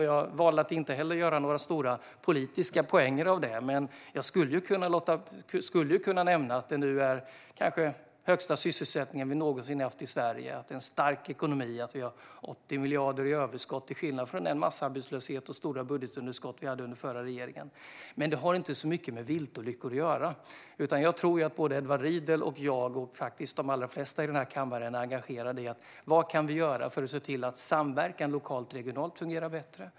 Jag valde att inte göra några stora politiska poänger av det, men jag skulle ju kunna nämna att vi nu har kanske den högsta sysselsättning vi någonsin har haft i Sverige. Vi har en stark ekonomi och 80 miljarder i överskott, till skillnad från den massarbetslöshet och det stora budgetunderskott som vi hade under den förra regeringen. Detta har dock inte så mycket med viltolyckor att göra. Jag tror att både Edward Riedl och jag och faktiskt de allra flesta i den här kammaren är engagerade i frågan. Vad kan vi göra för att se till att samverkan lokalt/regionalt fungerar bättre?